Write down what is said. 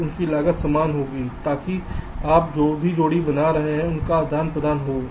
तो उनकी लागत समान होगी ताकि आप जो भी जोड़ी बना रहे हैं उसका आदान प्रदान हो